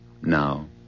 now